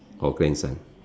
or grandson